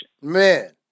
Man